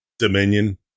dominion